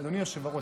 אדוני היושב-ראש,